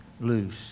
loose